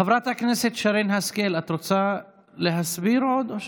חברת הכנסת שרן השכל, את רוצה להסביר עוד?